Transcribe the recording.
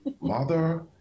mother